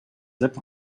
zip